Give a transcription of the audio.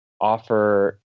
offer